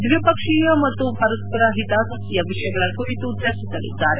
ದ್ವಿಪಕ್ಷೀಯ ಮತ್ತು ಪರಸ್ವರ ಹಿತಾಸಕ್ತಿಯ ವಿಷಯಗಳ ಕುರಿತು ಚರ್ಚಿಸಲಿದ್ದಾರೆ